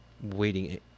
waiting